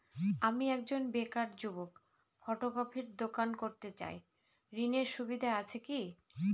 আমি একজন বেকার যুবক ফটোকপির দোকান করতে চাই ঋণের সুযোগ আছে কি?